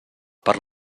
per